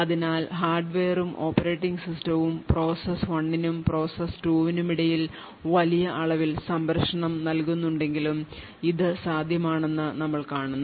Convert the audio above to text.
അതിനാൽ ഹാർഡ്വെയറും ഓപ്പറേറ്റിംഗ് സിസ്റ്റവും പ്രോസസ്സ് 1 നും പ്രോസസ്സ് 2 നും ഇടയിൽ വലിയ അളവിൽ സംരക്ഷണം നൽകുന്നുണ്ടെങ്കിലും ഇത് സാധ്യമാണെന്ന് ഞങ്ങൾ കാണുന്നു